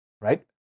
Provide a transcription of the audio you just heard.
right